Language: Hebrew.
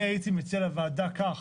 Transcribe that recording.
אני הייתי מציע לוועדה כך